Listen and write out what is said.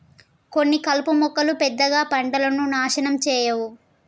కొన్ని కలుపు మొక్కలు పెద్దగా పంటను నాశనం చేయవు